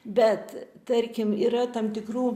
bet tarkim yra tam tikrų